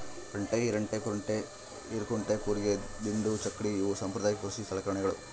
ರಂಟೆ ಹಿರೆರಂಟೆಕುಂಟೆ ಹಿರೇಕುಂಟೆ ಕೂರಿಗೆ ದಿಂಡು ಚಕ್ಕಡಿ ಇವು ಸಾಂಪ್ರದಾಯಿಕ ಕೃಷಿ ಸಲಕರಣೆಗಳು